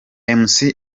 uncle